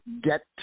get